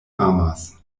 amas